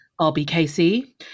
RBKC